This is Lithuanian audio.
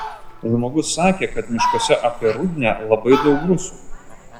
žmogus sakė kad miškuose apie rudnią labai daug rusų